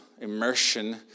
immersion